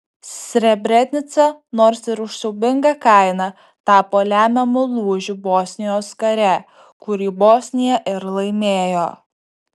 srebrenica nors ir už siaubingą kainą tapo lemiamu lūžiu bosnijos kare kurį bosnija ir laimėjo